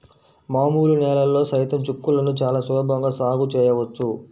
మామూలు నేలల్లో సైతం చిక్కుళ్ళని చాలా సులభంగా సాగు చేయవచ్చు